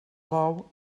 bou